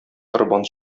корбан